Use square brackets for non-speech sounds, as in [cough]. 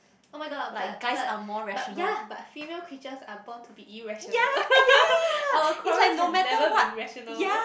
oh-my-god but but but ya but female creatures are born to be irrational [laughs] our quarrels have never been rational